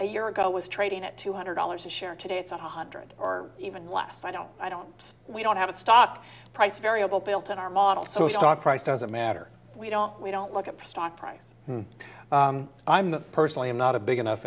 a year ago was trading at two hundred dollars a share today it's one hundred or even less i don't i don't we don't have a stock price variable built in our model so stock price doesn't matter we don't we don't look at the stock price i'm personally i'm not a big enough